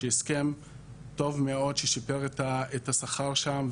הסכם טוב מאוד ששיפר את השכר שם,